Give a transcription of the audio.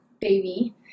baby